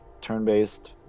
turn-based